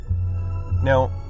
Now